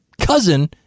cousin